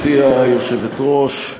גברתי היושבת-ראש,